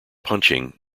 punching